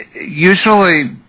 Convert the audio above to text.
usually